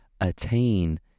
attain